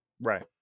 right